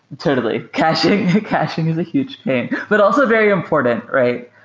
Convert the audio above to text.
totally. caching caching is a huge pain, but also very important, right?